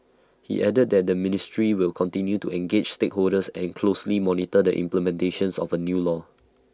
he added that the ministry will continue to engage stakeholders and closely monitor the implementation of the new law